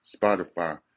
Spotify